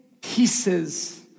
pieces